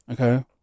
okay